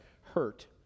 hurt